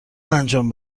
انجام